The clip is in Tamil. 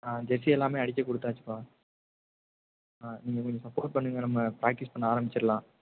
ஆ ஜெசி எல்லாமே அடிக்க கொடுத்தாச்சுப்பா ஆ நீங்கள் கொஞ்சம் சப்போர்ட் பண்ணுங்க நம்ம ப்ராக்டிக்ஸ் பண்ண ஆரம்மிச்சிட்லாம்